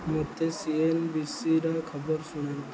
ମୋତେ ସିଏନ୍ବିସିର ଖବର ଶୁଣାନ୍ତୁ